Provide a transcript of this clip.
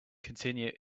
continued